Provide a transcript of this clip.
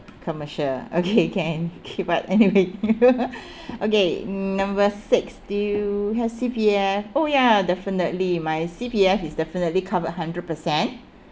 commercial ah okay can okay but anyway okay number six do you have C_P_F oh ya definitely my C_P_F is definitely covered hundred percent